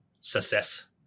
success